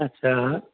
अच्छा